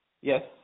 Yes